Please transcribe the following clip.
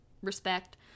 respect